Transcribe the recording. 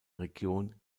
region